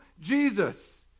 Jesus